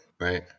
Right